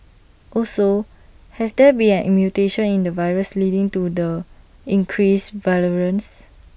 also has there been A mutation in the virus leading to the increased virulence